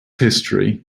history